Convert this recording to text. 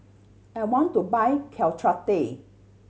I want to buy Caltrate